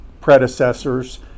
predecessors